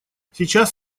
сейчас